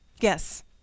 Yes